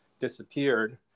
disappeared